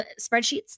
spreadsheets